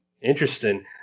Interesting